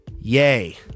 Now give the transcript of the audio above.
Yay